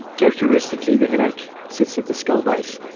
characteristically the headache sits at the skull base,